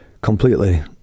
completely